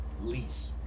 lease